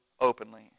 openly